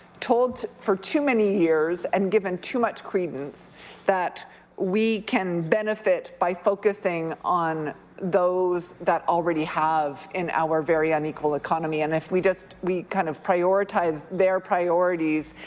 told for too many years and given too much credence that we can benefit by focusing on those that already have in our very unequal economy and if we just we kind of prioritize their priorities,